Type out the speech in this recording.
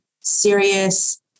serious